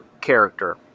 character